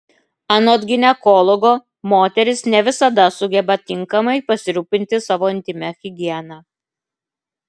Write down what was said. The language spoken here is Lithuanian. anot ginekologo moterys ne visada sugeba tinkamai pasirūpinti savo intymia higiena